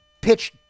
pitch